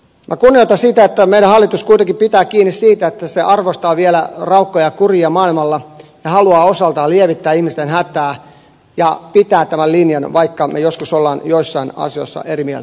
minä kunnioitan sitä että meidän hallitus kuitenkin pitää kiinni siitä että se arvostaa vielä raukkoja ja kurjia maailmalla ja haluaa osaltaan lievittää ihmisten hätää ja pitää tämän linjan vaikka me joskus olemme joissain asioissa eri mieltä